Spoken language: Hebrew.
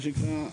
מה שנקרא,